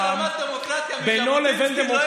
אבל מי שלמד דמוקרטיה מז'בוטינסקי לא יכול,